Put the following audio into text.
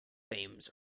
themes